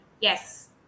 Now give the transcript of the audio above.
yes